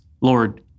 Lord